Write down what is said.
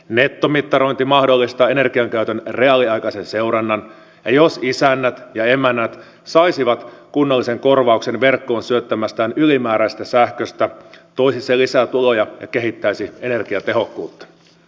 nettomittarointi mahdollistaa energiankäytön reaaliaikaisen seurannan ja jos isännät ja emännät saisivat kunnollisen korvauksen verkkoon syöttämästään ylimääräisestä sähköstä toisi se lisää tuloja ja kehittäisi energiatehokkuutta